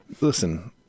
listen